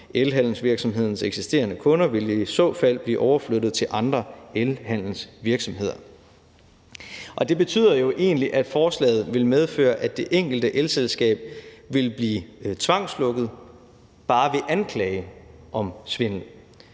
Elhandelsvirksomhedens eksisterende kunder vil i så fald blive overflyttet til andre elhandelsvirksomheder. Kl. 14:21 Det betyder jo egentlig, at forslaget vil medføre, at det enkelte elselskab vil blive tvangslukket bare ved anklage om svindel,